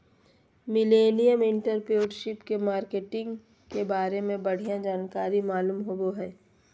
millennial entrepreneurship के marketing के बारे में बढ़िया जानकारी मालूम होबो हय